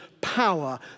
power